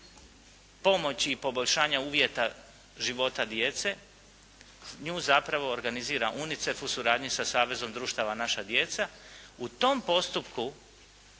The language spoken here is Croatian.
pomoći i poboljšanja uvjeta života djece, nju zapravo organizira UNICEF u suradnji sa savezom društava naša djeca, u tom postupku